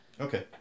okay